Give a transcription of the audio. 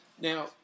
Now